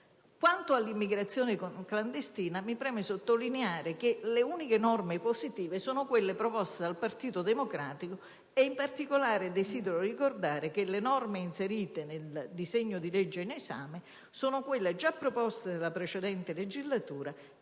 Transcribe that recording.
Quanto all'immigrazione clandestina, mi preme sottolineare che le uniche norme positive sono quelle proposte dal Partito Democratico. In particolare, desidero ricordare che le norme inserite nel disegno di legge in esame sono quelle già proposte nella precedente legislatura